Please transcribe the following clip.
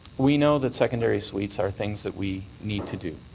we know that secondary suites are things that we need to do.